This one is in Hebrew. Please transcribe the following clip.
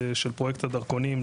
של פרויקט הדרכונים,